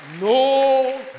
No